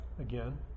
again